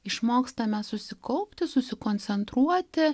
išmokstame susikaupti susikoncentruoti